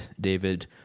David